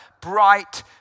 bright